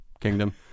kingdom